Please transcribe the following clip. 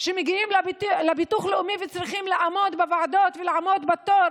שמגיעים לביטוח הלאומי וצריכים לעמוד בוועדות ולעמוד בתור,